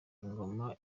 ingoma